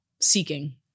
seeking